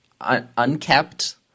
unkept